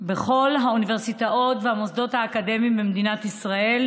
בכל האוניברסיטאות והמוסדות האקדמיים במדינת ישראל,